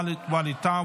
ווליד טאהא,